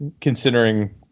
considering